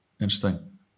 Interesting